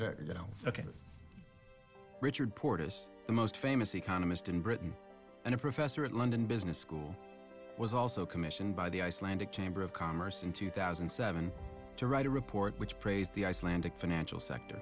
k richard porter's the most famous economist in britain and a professor at london business school was also commissioned by the icelandic chamber of commerce in two thousand and seven to write a report which praised the icelandic financial sector